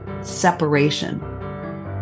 separation